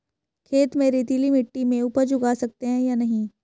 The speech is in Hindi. खेत में रेतीली मिटी में उपज उगा सकते हैं या नहीं?